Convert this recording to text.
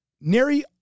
Neri